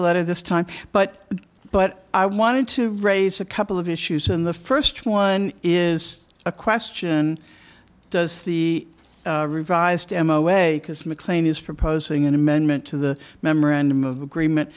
a letter this time but but i wanted to raise a couple of issues in the first one is a question does the revised them away because mclean is proposing an amendment to the memorandum of agreement